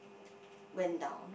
went down